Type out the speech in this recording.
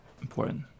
important